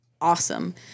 awesome